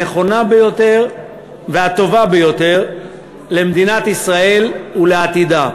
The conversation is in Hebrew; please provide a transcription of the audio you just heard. הנכונה ביותר והטובה ביותר למדינת ישראל ולעתידה.